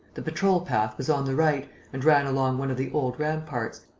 the patrol-path was on the right and ran along one of the old ramparts,